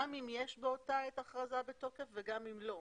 גם אם יש באותה עת הכרזה בתוקף וגם אם לא.